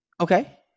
Okay